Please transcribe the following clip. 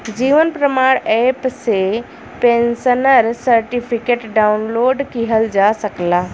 जीवन प्रमाण एप से pensioner certificate download किहल जा सकला